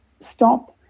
stop